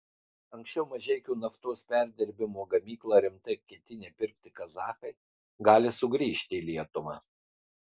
anksčiau mažeikių naftos perdirbimo gamyklą rimtai ketinę pirkti kazachai gali sugrįžti į lietuvą